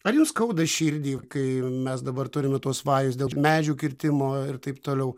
ar jums skauda širdį kai mes dabar turime tuos vajus dėl medžių kirtimo ir taip toliau